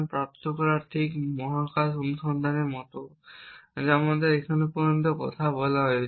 প্রাপ্ত করা ঠিক মহাকাশ অনুসন্ধানের মতো যা আমাদের এখন পর্যন্ত কথা বলা হয়েছে